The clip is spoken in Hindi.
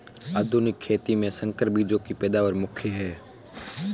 आधुनिक खेती में संकर बीजों की पैदावार मुख्य हैं